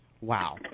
Wow